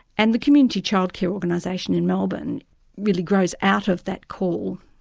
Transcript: and the community childcare organisation in melbourne really grows out of that call,